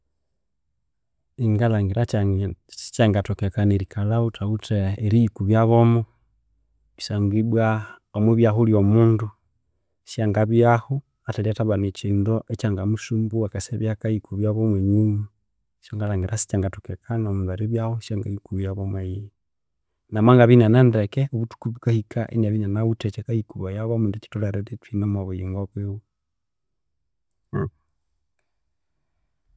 Enengalhangira kyangi sikyangathokekana erikalha ghuthawithe erighikubya bwomo kusangwa ibwa omwibugha elhyo mundu syangabya athalhya abana ekindu ekyanganamusumbugha akasabya akaghikubya bwomo enyuma ekyo ngalhangira sikyangathokekana omundu eribya esangaghikubya bwomo eyihi nomwangabya enanendeke obuthuku bukahika enabya enawithe ekyakaghikubaya bwomo indi kitholhere ekibya ekine omwa buyingo bwiwe.